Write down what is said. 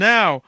Now